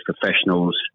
professionals